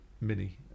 Mini